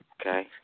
Okay